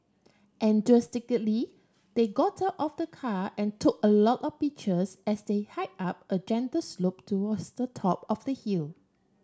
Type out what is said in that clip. they got of the car and took a lot of pictures as they hike up a gentle slope towards the top of the hill